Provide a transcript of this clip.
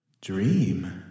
Dream